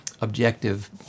objective